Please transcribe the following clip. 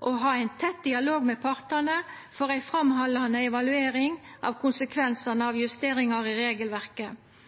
å ha ein tett dialog med partane for ei framhaldande evaluering av konsekvensane